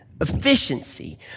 efficiency